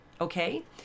Okay